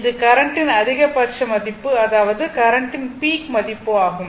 இது கரண்ட்டின் அதிகபட்ச மதிப்பு அதாவது கரண்ட்டின் பீக் மதிப்பு ஆகும்